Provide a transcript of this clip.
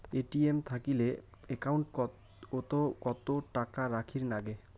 ATM থাকিলে account ওত কত টাকা রাখীর নাগে?